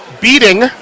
beating